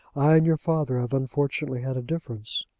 i and your father have unfortunately had a difference.